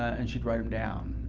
and she'd write them down,